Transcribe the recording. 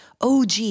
OG